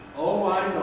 oh my